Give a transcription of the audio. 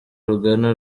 rugana